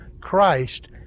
Christ